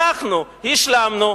אנחנו השלמנו,